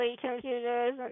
computers